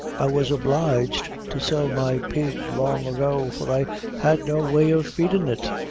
i was obliged to sell my pig long ago, for i had no way of feedin' it.